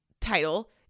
title